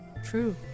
true